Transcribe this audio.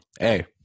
hey